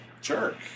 jerk